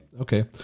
Okay